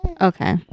Okay